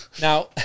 Now